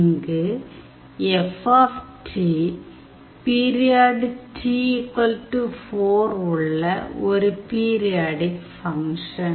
இங்கு F period T 4 உள்ள ஒரு பீரியாடிக் ஃபங்க்ஷன்